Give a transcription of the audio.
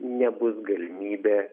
nebus galimybė